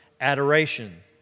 adoration